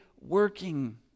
working